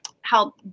help